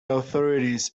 authorities